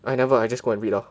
I never I just go and read lor